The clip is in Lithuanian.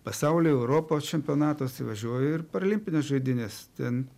pasaulio europos čempionatuose važiuoju ir į paralimpinės žaidynes ten